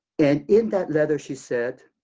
and in that letter she said,